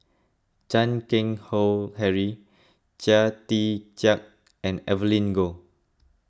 Chan Keng Howe Harry Chia Tee Chiak and Evelyn Goh